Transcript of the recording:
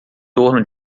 torno